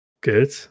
Good